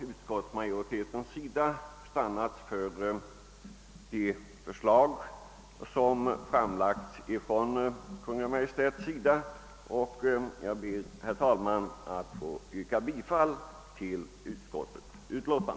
Utskottsmajoriteten har stannat för Kungl. Maj:ts förslag. Jag ber, herr talman, att få yrka bifall till utskottets hemställan.